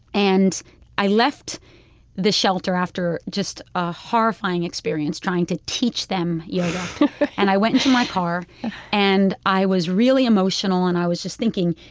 and i left the shelter after just a horrifying experience trying to teach them yoga and i went into my car and i was really emotional and i was just thinking,